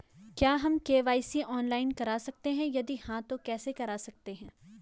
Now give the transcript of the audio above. क्या हम KYC online करा सकते हैं यदि हाँ तो कैसे करा सकते हैं?